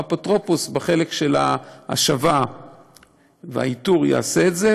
והאפוטרופוס בחלק של ההשבה והאיתור יעשה את זה,